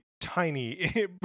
tiny